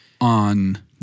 on